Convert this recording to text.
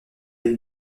elle